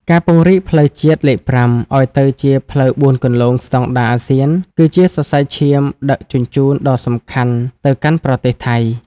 ការពង្រីកផ្លូវជាតិលេខ៥ ឱ្យទៅជាផ្លូវបួនគន្លងស្ដង់ដារអាស៊ាន គឺជាសរសៃឈាមដឹកជញ្ជូនដ៏សំខាន់ទៅកាន់ប្រទេសថៃ។